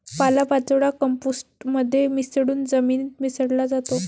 पालापाचोळा कंपोस्ट मध्ये मिसळून जमिनीत मिसळला जातो